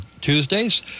Tuesdays